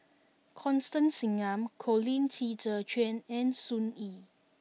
Constance Singam Colin Qi Zhe Quan and Sun Yee